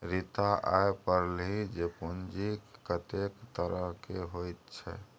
रीता आय पढ़लीह जे पूंजीक कतेक तरहकेँ होइत छै